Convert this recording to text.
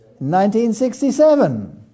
1967